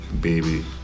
Baby